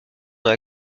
dans